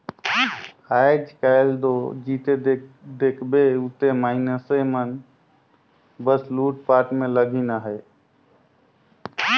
आएज काएल दो जिते देखबे उते मइनसे मन बस लूटपाट में लगिन अहे